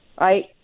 right